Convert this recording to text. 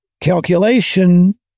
calculation